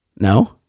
No